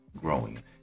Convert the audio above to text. growing